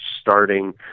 starting